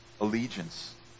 Allegiance